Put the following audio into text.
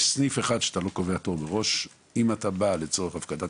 יש סניף אחד שאתה לא קובע תור מראש אם אתה בא לצורך הפקדת